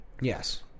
Yes